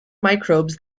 microbes